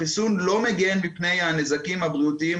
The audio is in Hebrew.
החיסון לא מגן מפני הנזקים הבריאותיים,